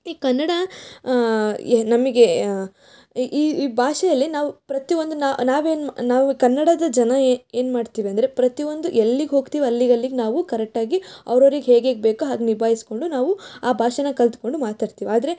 ಈ ಕನ್ನಡ ಎ ನಮಗೆ ಈ ಭಾಷೆಯಲ್ಲಿ ನಾವು ಪ್ರತಿಯೊಂದು ನಾವೇನು ನಾವು ಕನ್ನಡದ ಜನ ಏನು ಮಾಡ್ತೀವಿ ಅಂದರೆ ಪ್ರತಿಯೊಂದು ಎಲ್ಲಿಗೆ ಹೋಗ್ತೀವಿ ಅಲ್ಲಿಗಲ್ಲಿಗೆ ನಾವು ಕರೆಕ್ಟಾಗಿ ಅವ್ರವ್ರಿಗೆ ಹೇಗೆ ಹೇಗೆ ಬೇಕೋ ಹಾಗೆ ನಿಭಾಯಿಸ್ಕೊಂಡು ನಾವು ಆ ಭಾಷೆನ ಕಲಿತ್ಕೊಂಡು ಮಾತಾಡ್ತೀವಿ ಆದರೆ